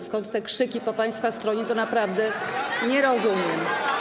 Skąd te krzyki po państwa stronie, naprawdę nie rozumiem.